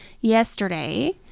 yesterday